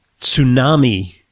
tsunami